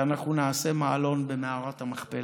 ואנחנו נעשה מעלון במערת המכפלה.